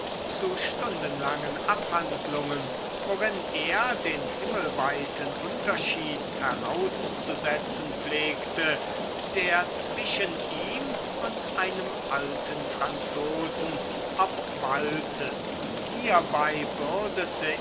zu stundenlangen abhandlungen worin er den himmelweiten unterschied herauszusetzen pflegte der zwischen ihm und einem alten franzosen obwalte hierbei